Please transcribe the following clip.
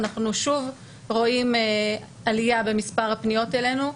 אנחנו שוב רואים עלייה במספר הפניות אלינו.